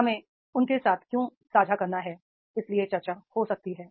हमें उनके साथ क्यों साझा करना है इसलिए चर्चा हो सकती है